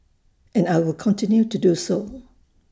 and I will continue to do so